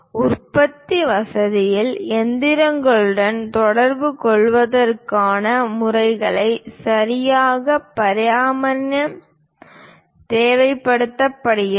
உற்பத்தி வசதியில் இயந்திரங்களுடன் தொடர்புகொள்வதற்கான முறைக்கு சரியான பரிமாணம் தேவைப்படுகிறது